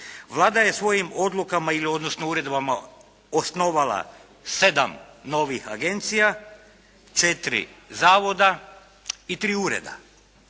Vlada je svojim odlukama, odnosno uredbama osnovala sedam novih agencija, četiri zavoda i tri ureda